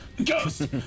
ghost